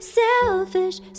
selfish